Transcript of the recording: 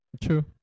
True